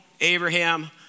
Abraham